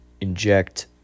inject